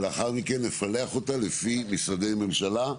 ולאחר מכן נפלח אותה לפי משרדי ממשלה,